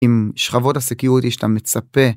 עם שכבות האבטחה שאתה מצפה.